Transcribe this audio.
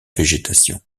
végétation